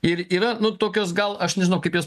ir yra nu tokios gal aš nežinau kaip jas